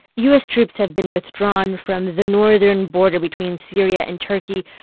u s. troops have been withdrawn from the northern border between syria and turkey.